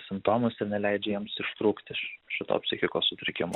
simptomus ir neleidžia jiems ištrūkti iš šito psichikos sutrikimo